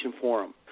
Forum